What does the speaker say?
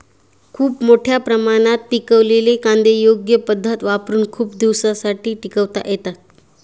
खूप मोठ्या प्रमाणात पिकलेले कांदे योग्य पद्धत वापरुन खूप दिवसांसाठी टिकवता येतात